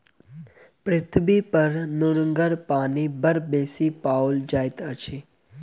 पृथ्वीपर नुनगर पानि बड़ बेसी पाओल जाइत अछि